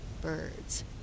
birds